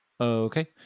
Okay